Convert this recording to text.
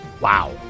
Wow